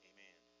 Amen